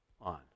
on